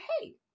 hey